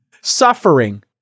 suffering